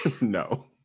No